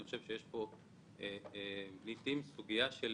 אני חושב שיש פה סוגיה של